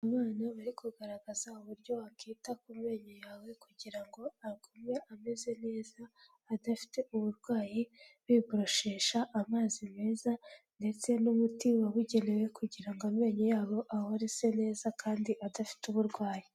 Abana bari kugaragaza uburyo wakwita ku menyo yawe kugira ngo agume ameze neza adafite uburwayi, biboshesha amazi meza ndetse n'umuti wabugenewe kugira ngo amenyo yabo ahore asa neza kandi adafite uburwayi.